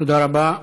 תודה רבה.